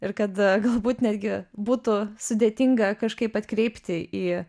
ir kad galbūt netgi būtų sudėtinga kažkaip atkreipti į